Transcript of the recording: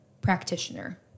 practitioner